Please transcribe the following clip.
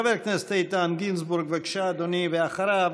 חבר הכנסת איתן גינזבורג, בבקשה, אדוני, ואחריו,